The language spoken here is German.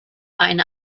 eine